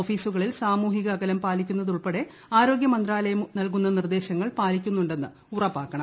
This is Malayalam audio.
ഓഫീസുകളിൽ സാമൂഹിക അകലം പാലിക്കുന്നതുൾപ്പെടെ ആരോഗൃ മന്ത്രാലയം നൽകുന്ന നിർദ്ദേശങ്ങൾ പാലിക്കുന്നുണ്ടെന്ന് ഉറപ്പാക്കണം